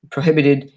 Prohibited